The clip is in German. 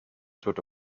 tote